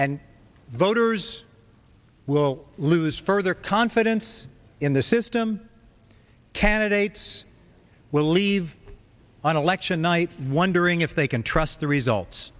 and voters will lose further confidence in the system candidates will leave on election night wondering if they can trust the results